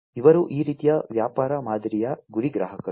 ಇವರು ಈ ರೀತಿಯ ವ್ಯಾಪಾರ ಮಾದರಿಯ ಗುರಿ ಗ್ರಾಹಕರು